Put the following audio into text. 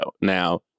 now